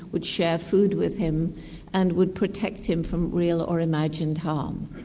would share food with him and would protect him from real or imagined harm.